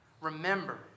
remember